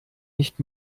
nicht